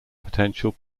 potential